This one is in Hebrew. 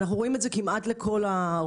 אנחנו רואים את זה כמעט לכל הרוחב,